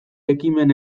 ekimen